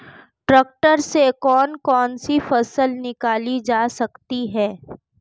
Tractor से कौन कौनसी फसल निकाली जा सकती हैं?